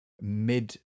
mid